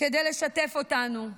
כדי לשתף אותנו.